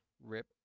RIP